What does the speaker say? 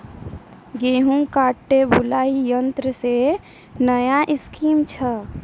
गेहूँ काटे बुलाई यंत्र से नया स्कीम छ?